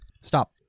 Stop